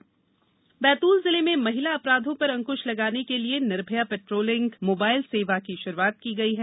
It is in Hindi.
महिला अपराध बैतूल जिले में महिला अपराधों पर अंकृश लगाने के लिए निर्भया पेट्रोलिंग मोबाइल सेवा की शुरूआत की गई है